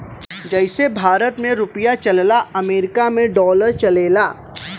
जइसे भारत मे रुपिया चलला अमरीका मे डॉलर चलेला